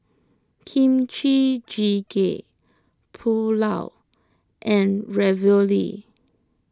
Kimchi Jjigae Pulao and Ravioli